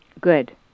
Good